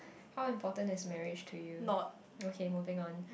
how important is marriage to you okay moving on